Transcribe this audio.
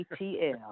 ATL